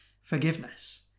Forgiveness